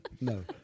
no